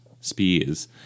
spears